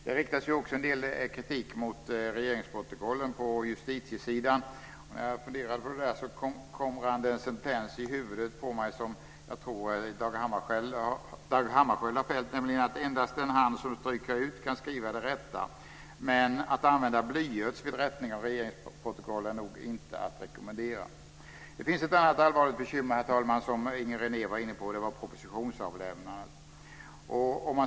Det riktas också en del kritik mot regeringsprotokollen på justitiesidan. När jag funderade på det där rann det en sentens genom huvudet på mig som jag tror att Dag Hammarskjöld har fällt, nämligen att endast den hand som stryker ut kan skriva det rätta. Men att använda blyerts vid rättning av regeringsprotokoll är nog inte att rekommendera. Det finns ett annat allvarligt bekymmer, herr talman, som Inger René var inne på, och det är propositionsavlämnandet.